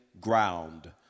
ground